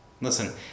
Listen